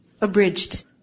Abridged